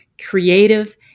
creative